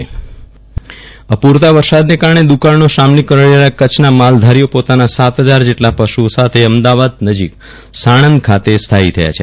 વિરલ રાણા કરછ માલધારી ઘાસ વિતરણ અપૂરતા વરસાદના કારણે દુકાળનો સામનો કરી રહેલા કચ્છના માલધારીઓ પોતાના સાત હજાર જેટલા પશુ સાથે અમદાવાદ નજીક સાણંદ ખાતે સ્થાયી થયા છે